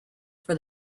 for